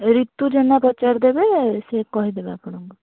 ରିତୁ ଜେନା ପଚାରିଦେବେ ସେ କହିଦେବେ ଆପଣଙ୍କୁ